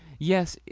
yes,